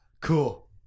Cool